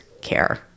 care